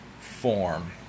form